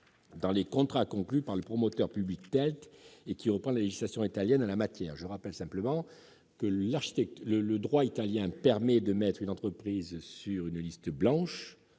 dans les contrats conclus par le promoteur public TELT, qui reprend la législation italienne en la matière. Je rappelle que, si le droit italien permet d'inscrire une entreprise sur une liste blanche